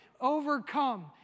overcome